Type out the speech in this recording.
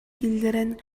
киллэрэн